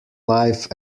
life